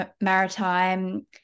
maritime